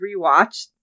rewatched